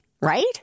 right